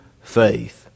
faith